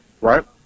Right